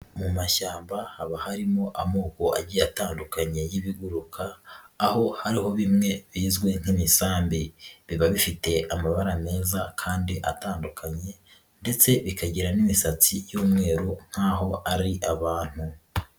Mu mashyamba haba harimo amoko agiye atandukanye y'ibiguruka aho hariho bimwe bizwi nk'imisambi, biba bifite amabara meza kandi atandukanye ndetse bikagira n'imisatsi y'umweru nk'aho ari abantu.